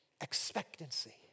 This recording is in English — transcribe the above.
Expectancy